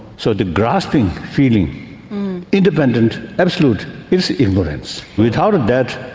so the grasping feeling independent, absolute is ignorance. without that,